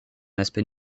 aspect